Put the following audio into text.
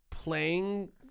playing